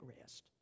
rest